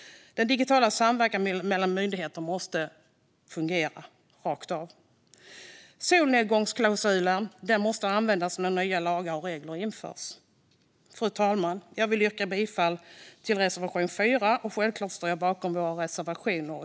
Den digitala samverkan mellan myndigheter måste fungera rakt av. Solnedgångsklausulen måste användas när nya lagar och regler införs. Fru talman! Jag yrkar bifall till reservation 4. Självklart står jag också bakom våra andra reservationer.